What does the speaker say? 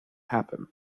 happen